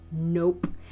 Nope